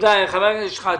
חבר הכנסת שחאדה.